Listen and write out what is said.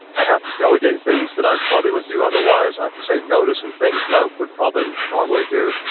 i have to delegate things that i probably would do otherwise. i have to say no tot some things that i would probably normally do.